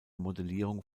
modellierung